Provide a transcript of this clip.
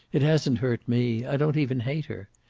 it hasn't hurt me. i don't even hate her.